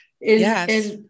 Yes